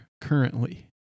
currently